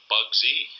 Bugsy